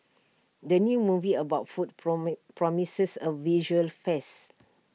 the new movie about food promises A visual feast